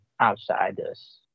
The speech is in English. outsiders